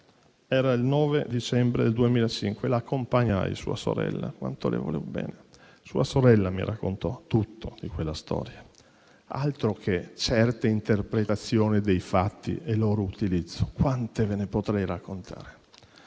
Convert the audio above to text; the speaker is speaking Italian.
il 9 dicembre 2005. Accompagnai sua sorella - quanto le volevo bene - che mi raccontò tutto di quella storia. Altro che certe interpretazione dei fatti e il loro utilizzo; quante ve ne potrei raccontare.